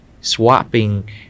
swapping